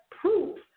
proof